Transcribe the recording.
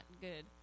good